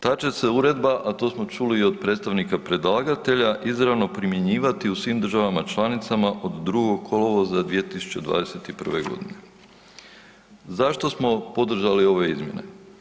Ta će se uredba, a to smo čuli i od predstavnika predlagatelja, izravno primjenjivati u svim državama članicama od 2. kolovoza 2021.g. Zašto smo podržali ove izmjene?